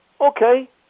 Okay